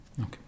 Okay